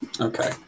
Okay